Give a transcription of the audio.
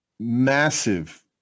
massive